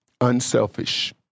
unselfish